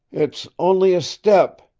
it's only a step,